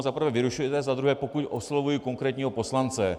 Za prvé vyrušujete, za druhé pokud oslovuji konkrétního poslance.